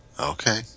okay